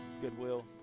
Goodwill